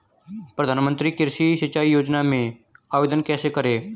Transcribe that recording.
प्रधानमंत्री कृषि सिंचाई योजना में आवेदन कैसे करें?